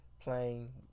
playing